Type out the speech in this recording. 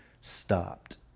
stopped